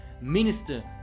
minister